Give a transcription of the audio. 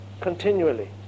Continually